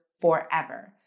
forever